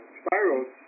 spirals